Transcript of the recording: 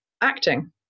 acting